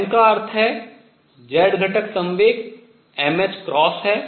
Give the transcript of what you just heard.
m का अर्थ है z घटक संवेग m है